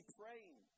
praying